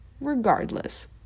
Regardless